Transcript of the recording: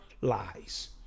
lies